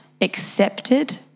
accepted